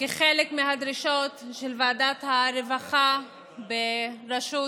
כחלק מהדרישות של ועדת הרווחה בראשותו